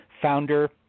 founder